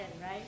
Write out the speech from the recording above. right